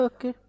Okay